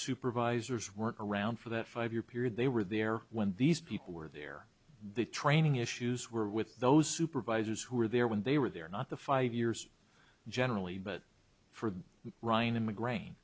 supervisors weren't around for that five year period they were there when these people were there the training issues were with those supervisors who were there when they were there not the five years generally but for ryan and migraine